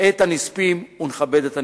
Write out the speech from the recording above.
את הנספים ונכבד את הניצולים.